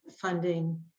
funding